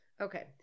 Okay